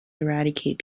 eradicate